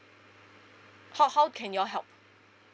how how can you all help